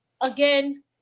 again